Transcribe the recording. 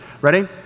Ready